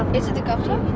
is it the government